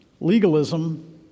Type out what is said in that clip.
Legalism